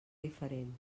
diferent